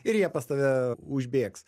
ir jie pas tave užbėgs